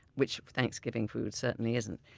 which thanksgiving food certainly isn't,